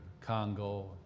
Congo